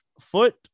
foot